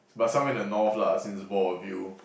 but somewhere in the North lah since both of you